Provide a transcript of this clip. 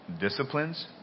disciplines